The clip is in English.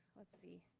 let's see,